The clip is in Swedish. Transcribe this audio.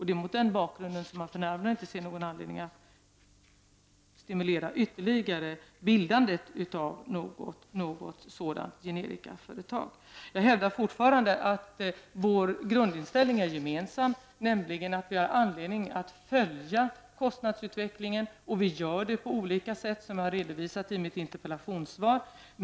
Det är mot den bakgrunden som jag för närvarande inte ser någon anledning att stimulera bildandet av ytterligare något sådant generikaföretag. Jag hävdar fortfarande att vår grundinställning är gemensam, nämligen att vi har anledning att följa kostnadsutvecklingen. Vi gör det på olika sätt, vilket jag har redovisat i mitt interpellationssvar.